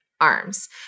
arms